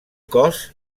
cos